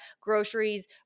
groceries